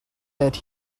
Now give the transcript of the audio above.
that